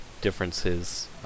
differences